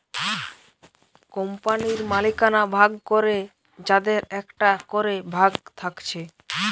কোম্পানির মালিকানা ভাগ করে যাদের একটা করে ভাগ থাকছে